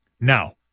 now